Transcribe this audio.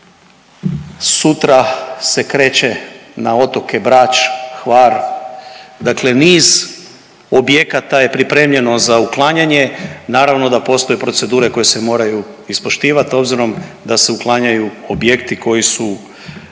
Sutra se kreće na otoke Brač, Hvar, dakle niz objekata je pripremljeno za uklanjanje. Naravno da postoje procedure koje se moraju ispoštivati, a obzirom da se uklanjaju objekti koji su